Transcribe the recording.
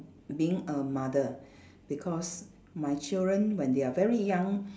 being a mother because my children when they are very young